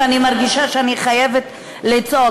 ואני מרגישה שאני חייבת לצעוק.